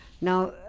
Now